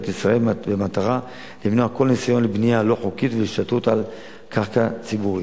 ישראל במטרה למנוע כל ניסיון בנייה לא חוקית והשתלטות על קרקע ציבורית.